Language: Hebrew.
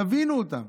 תבינו אותן.